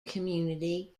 community